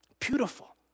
Beautiful